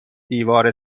دیوار